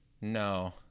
No